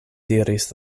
diris